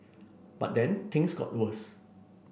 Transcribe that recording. but then things got worse